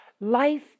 life